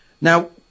Now